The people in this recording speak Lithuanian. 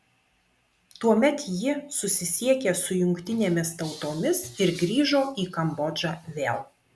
tuomet ji susisiekė su jungtinėmis tautomis ir grįžo į kambodžą vėl